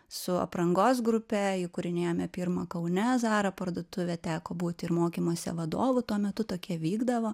su aprangos grupe įkūrinėjome pirmą kaune zara parduotuvę teko būti ir mokymuose vadovų tuo metu tokie vykdavo